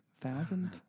thousand